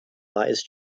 lies